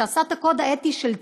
שעשה את הקוד האתי של צה"ל,